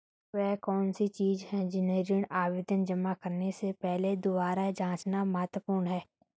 वे कौन सी चीजें हैं जिन्हें ऋण आवेदन जमा करने से पहले दोबारा जांचना महत्वपूर्ण है?